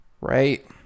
Right